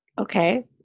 okay